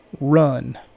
run